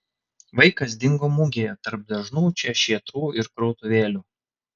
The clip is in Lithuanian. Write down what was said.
vaikas dingo mugėje tarp dažnų čia šėtrų ir krautuvėlių